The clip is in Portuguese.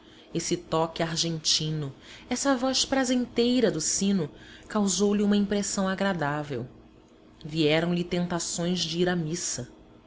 esse toque argentino essa voz prazenteira do sino causou-lhe uma impressão agradável vieram-lhe tentações de ir à missa